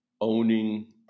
owning